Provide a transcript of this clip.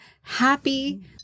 happy